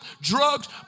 drugs